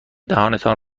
دهانتان